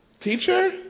teacher